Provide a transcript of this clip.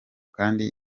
kandi